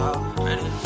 ready